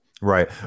Right